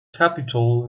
capitol